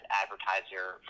advertiser